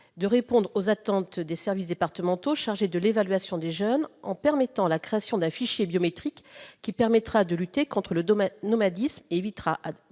de répondre aux attentes des services départementaux chargés de l'évaluation des jeunes, en autorisant la création d'un fichier biométrique qui permettra de lutter contre le nomadisme et évitera